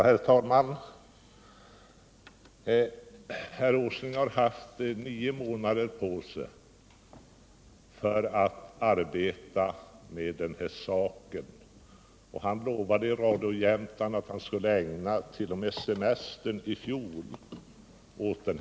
Herr talman! Herr Åsling har haft nio månader på sig för att arbeta med den här saken, och han har i Radio Jämtland lovat att han t.o.m. skulle ägna semestern i fjol åt den.